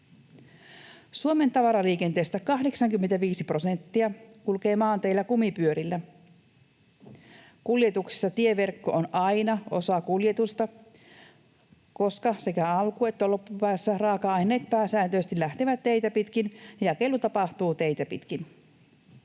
Suomen tavaraliikenteestä 85 prosenttia kulkee maanteillä kumipyörillä. Kuljetuksissa tieverkko on aina osa kuljetusta, koska sekä alku- että loppupäässä raaka-aineet pääsääntöisesti lähtevät teitä pitkin ja jakelu tapahtuu teitä pitkin.